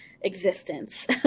existence